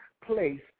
place